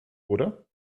oder